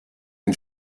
den